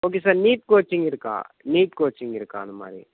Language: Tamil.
ஓகே சார் நீட் கோச்சிங் இருக்கா நீட் கோச்சிங் இருக்கா அந்தமாதிரி